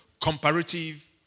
comparative